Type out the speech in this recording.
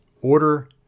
order